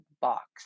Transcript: box